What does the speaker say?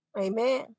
Amen